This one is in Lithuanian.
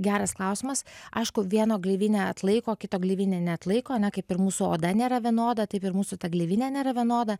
geras klausimas aišku vieno gleivinė atlaiko kito gleivinė neatlaiko ane kaip ir mūsų oda nėra vienoda taip ir mūsų ta gleivinė nėra vienoda